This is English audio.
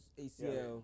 ACL